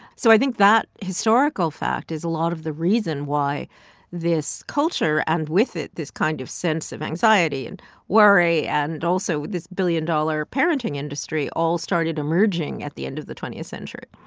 so i think that historical fact is a lot of the reason why this culture and with it this kind of sense of anxiety and worry and also this billion-dollar parenting industry all started emerging at the end of the twentieth century